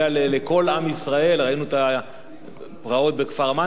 ראינו את הפרעות בכפר-מנדא, ויש במקומות אחרים.